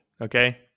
okay